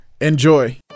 enjoy